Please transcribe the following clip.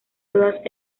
todas